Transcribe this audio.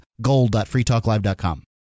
gold.freetalklive.com